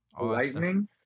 Lightning